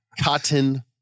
cotton